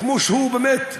כמו שהוא באמת הביע,